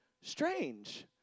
strange